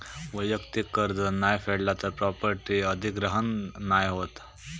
वैयक्तिक कर्ज नाय फेडला तर प्रॉपर्टी अधिग्रहण नाय होत